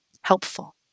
helpful